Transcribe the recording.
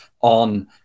on